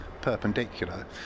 perpendicular